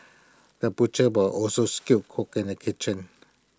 the butcher ware also skilled cook in the kitchen